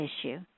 issue